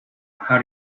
how